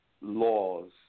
laws